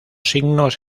signos